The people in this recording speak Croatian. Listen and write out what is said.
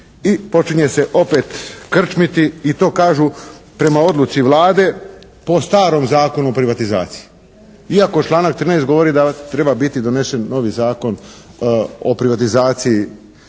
počinje se opet krčmiti, i to kažu prema odluci Vlade po starom Zakonu o privatizaciji iako članak 13. govori da treba biti donesen novi Zakon o privatizaciji